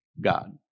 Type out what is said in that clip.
God